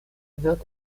wird